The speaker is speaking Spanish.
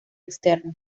externo